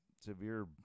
severe